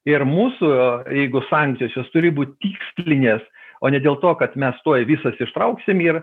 ir mūsų jeigu sankcijos jos turi būti tikslinės o ne dėl to kad mes tuoj visas ištrauksim ir